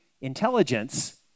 intelligence